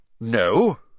No